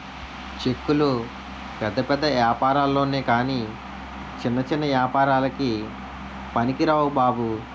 చెక్కులు పెద్ద పెద్ద ఏపారాల్లొనె కాని చిన్న చిన్న ఏపారాలకి పనికిరావు బాబు